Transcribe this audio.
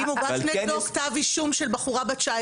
ואם הוגש נגדו כתב אישום של בחורה בת 19?